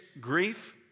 grief